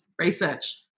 research